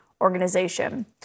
organization